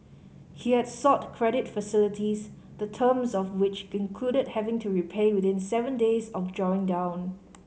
he had sought credit facilities the terms of which included having to repay within seven days of drawing down